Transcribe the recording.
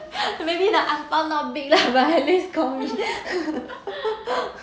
maybe the ang pow not big enough but at least 空